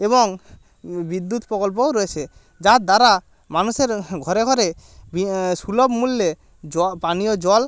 এবং বিদ্যুৎ প্রকল্পও রয়েছে যার দ্বারা মানুষের ঘরে ঘরে সুলভ মূল্যে জ পানীয় জল